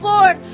Lord